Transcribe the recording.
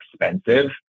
expensive